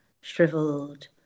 shriveled